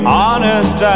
honest